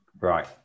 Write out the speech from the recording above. Right